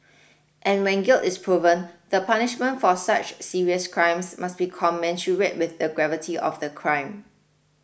and when guilt is proven the punishment for such serious crimes must be commensurate with the gravity of the crime